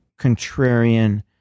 contrarian